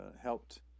helped